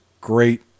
great